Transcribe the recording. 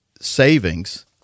savings